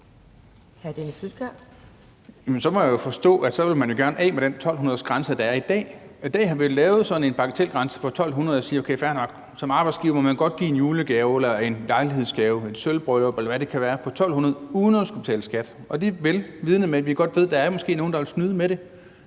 Så må jeg jo forstå, at man gerne vil af med den 1.200-kronersgrænse, der er i dag. I dag har vi jo lavet sådan en bagatelgrænse på 1.200 kr. for at sige: Fair nok, som arbejdsgiver må man gerne give en julegave eller en lejlighedsgave ved et sølvbryllup, eller hvad det kan være, på 1.200 kr. uden at skulle betale skat. Det er vel vidende, at der måske er nogen, der vil snyde med det.